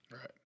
right